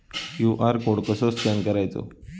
QR code कसो scan करायचो?